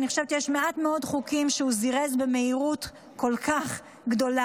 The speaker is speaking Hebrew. אני חושבת שיש מעט מאוד חוקים שהוא זירז במהירות כל כך גדולה.